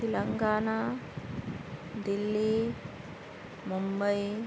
Telangana Delhi Mumbai